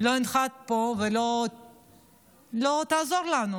לא תנחת פה ולא תעזור לנו,